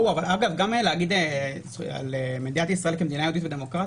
גם להגיד על ישראל "מדינה יהודית ודמוקרטית",